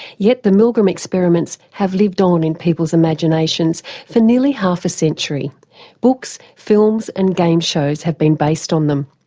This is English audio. yet the milgram experiments have lived on in people's imaginations for nearly half a century books, films and game shows have been based on them.